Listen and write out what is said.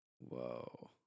Whoa